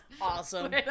Awesome